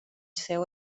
seu